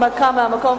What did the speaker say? בהנמקה מהמקום,